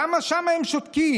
למה שם הם שותקים?